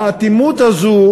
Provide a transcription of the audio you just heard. האטימות הזאת